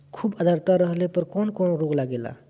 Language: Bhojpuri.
खुब आद्रता रहले पर कौन कौन रोग लागेला?